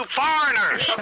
foreigners